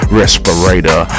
respirator